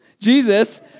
Jesus